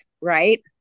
right